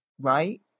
right